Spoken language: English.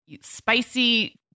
spicy